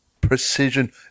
precision